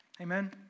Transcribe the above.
Amen